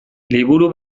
liburu